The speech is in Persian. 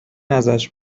ازش